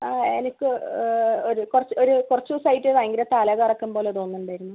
ആ എനിക്ക് ഒരു കുറച്ച് ഒരു കുറച്ച് ദിവസമായിട്ട് ഭയങ്കര തലകറക്കം പോലെ തോന്നുന്നുണ്ടായിരുന്നു